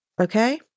Okay